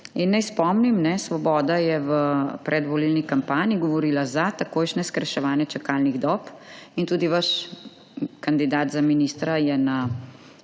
In naj spomnim, svoboda je v predvolilni kampanji govorila za takojšnje skrajševanje čakalnih dob in tudi vaš kandidat za ministra je na